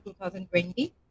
2020